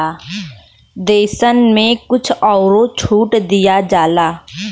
देसन मे कुछ अउरो छूट दिया जाला